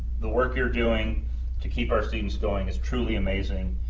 the work you're doing to keep our students going is truly amazing,